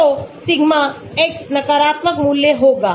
तो sigma X नकारात्मक मूल्य होगा